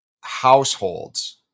households